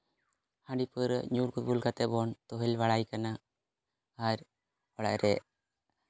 ᱦᱟᱺᱰᱤ ᱯᱟᱹᱣᱨᱟᱹ ᱧᱩ ᱵᱩᱞ ᱠᱟᱛᱮ ᱵᱚᱱ ᱛᱳᱦᱮᱞ ᱵᱟᱲᱟᱭ ᱠᱟᱱᱟ ᱟᱨ ᱚᱲᱟᱜ ᱨᱮ